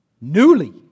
Newly